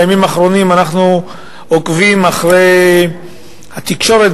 בימים האחרונים אנחנו עוקבים אחרי התקשורת,